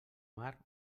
mar